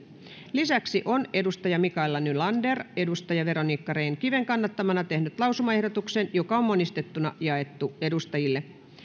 lisäksi on mikaela nylander veronica rehn kiven kannattamana tehnyt lausumaehdotuksen joka on monistettuna jaettu edustajille